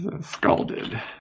scalded